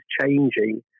changing